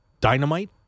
Dynamite